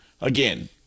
again